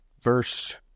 verse